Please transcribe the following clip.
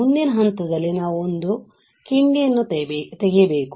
ಮುಂದಿನ ಹಂತದಲ್ಲಿ ನಾವು ಒಂದು ಕಿಂಡಿಯನ್ನು ತೆಗೆಯಬೇಕು